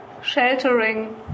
sheltering